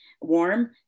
warm